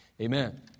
amen